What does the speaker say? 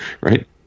Right